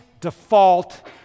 default